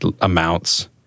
amounts